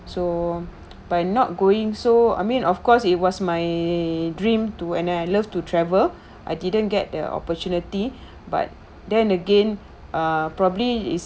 so by not going so I mean of course it was my dream to and I love to travel I didn't get the opportunity but then again ah probably is